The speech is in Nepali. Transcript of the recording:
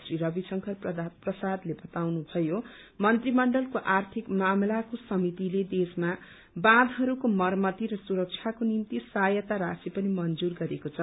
श्री रविशंकर प्रसादले बताउनुभयो मन्त्रीमण्डलको आर्थिक मामिलाको समितिले देशमा बाँधहरूको मरम्मती र सुरक्षाको निम्ति सहायता राशी पनि मंजूर गरेको छ